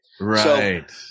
Right